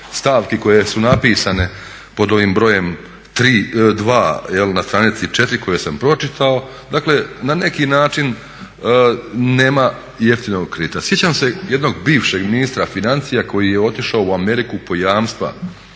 stavki koje su napisane pod ovim brojem 2 na stranici 4 koje sam pročitao. Dakle na neki način nema jeftinog kredita. Sjećam se jednog bivšeg ministra financija koji je otišao u Ameriku po jamstva